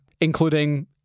including